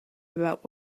about